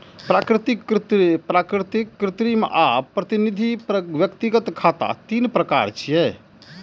प्राकृतिक, कृत्रिम आ प्रतिनिधि व्यक्तिगत खाता तीन प्रकार छियै